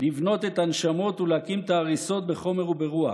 לבנות את הנשמות ולהקים את ההריסות בחומר וברוח.